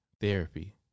therapy